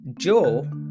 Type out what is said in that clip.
Joe